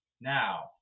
Now